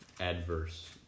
adverse